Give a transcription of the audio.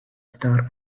star